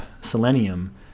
selenium